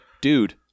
dude